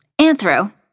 Anthro